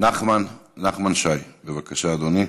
נחמן שי, בבקשה, אדוני.